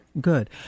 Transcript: good